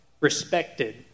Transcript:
respected